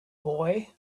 boy